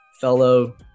fellow